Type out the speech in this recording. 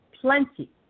plenty